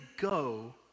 go